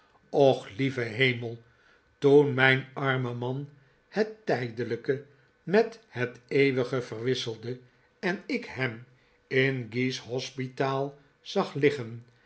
neus lieve hemel toen mijn arme man het tijdelijke met het eeuwige verwisselde en ik hem in guy's hospitaal zag liggen